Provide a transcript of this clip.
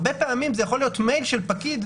הרבה פעמים זה יכול להיות מייל של פקיד,